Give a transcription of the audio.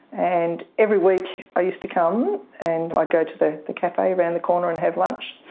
and every week i used to come and i'd go to the the cafe around the corner and have lunch,